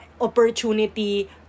opportunity